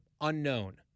unknown